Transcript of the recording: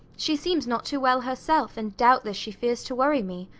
she seems not too well herself, and doubtless she fears to worry me.